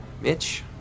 Mitch